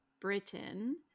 Britain